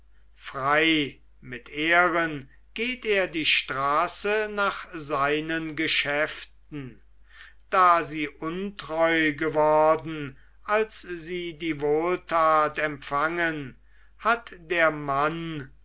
frei mit ehren geht er die straße nach seinen geschäften da sie untreu geworden als sie die wohltat empfangen hat der mann